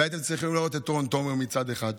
והייתם צריכים לראות את רון תומר מצד אחד,